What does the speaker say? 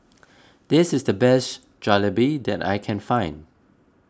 this is the best Jalebi that I can find